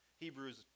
Hebrews